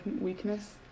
weakness